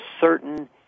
certain